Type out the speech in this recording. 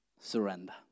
surrender